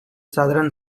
southern